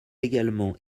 également